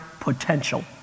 potential